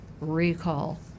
recall